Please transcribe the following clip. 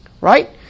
right